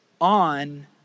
on